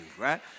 right